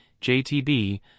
JTB